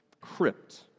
crypt